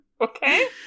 Okay